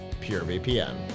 purevpn